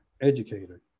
educator